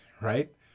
Right